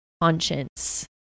conscience